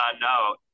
no